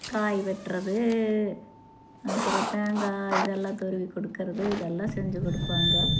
காய் வெட்டுறது அப்புறோம் தேங்காய் இதெல்லாம் துருவி கொடுக்கறது இதெல்லாம் செஞ்சு கொடுப்பாங்க